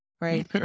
right